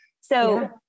so-